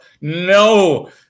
No